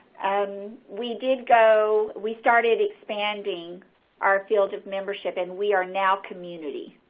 and we did go we started expanding our field of membership, and we are now community.